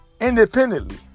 independently